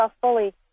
fully